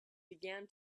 began